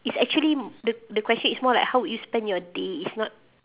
it's actually m~ the the question is more like how would you spend your day it's not